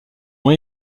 ont